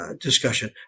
discussion